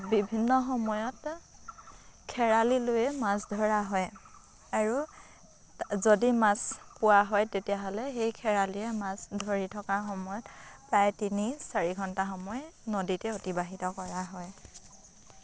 বিভিন্ন সময়ত খেৱালি লৈয়ে মাছ ধৰা হয় আৰু যদি মাছ পোৱা হয় তেতিয়াহ'লে সেই খেৱালিৰে মাছ ধৰি থকা সময়ত প্ৰায় তিনি চাৰি ঘণ্টা সময় নদীতেই অতিবাহিত কৰা হয়